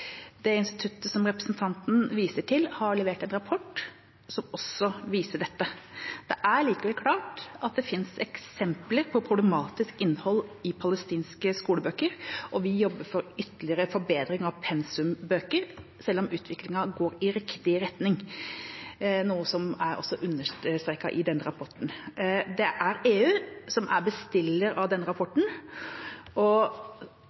Det instituttet som representanten viser til, har levert en rapport som også viser dette. Det er likevel klart at det finnes eksempler på problematisk innhold i palestinske skolebøker, og vi jobber for ytterligere forbedring av pensumbøker, selv om utviklingen går i riktig retning, noe som også er understreket i rapporten. Det er EU som er bestiller av den rapporten, og